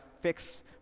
fix